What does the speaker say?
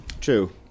True